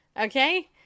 Okay